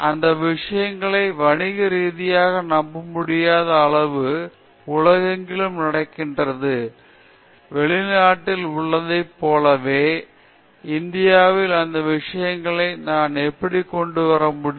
அந்த விஷயங்களை வணிக ரீதியாக நம்பமுடியாத அளவு உலகெங்கிலும் நடக்கிறது வெளிநாட்டில் உள்ளதைப் போலவே இந்தியாவிற்கான அந்த விஷயங்களை நாம் எப்படி கொண்டு வர முடியும்